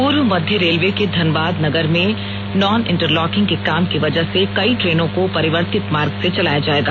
पूर्व मध्य रेलवे के धनबाद नगर में नॉन इंटरलॉकिंग के काम की वजह से कई ट्रेनों को परिवर्तित मार्ग से चलाया जाएगा